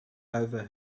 over